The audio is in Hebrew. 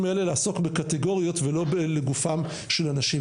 האלה לעסוק בקטגוריות ולא לגופם של אנשים.